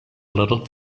little